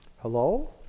Hello